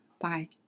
Bye